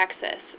Texas